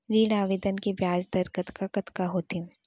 ऋण आवेदन के ब्याज दर कतका कतका होथे?